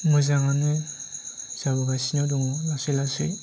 मोजाङानो जाबोगासिनो दङ लासै लासै